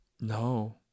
No